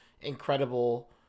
incredible